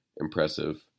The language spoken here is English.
impressive